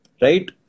right